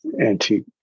antique